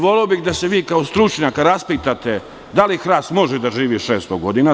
Voleo bih da se vi kao stručnjak raspitate da li hrast može da živi 600 godina.